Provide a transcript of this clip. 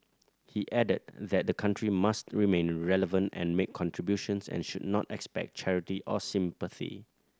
he added that the country must remain relevant and make contributions and should not expect charity or sympathy